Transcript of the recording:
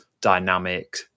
dynamic